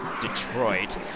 Detroit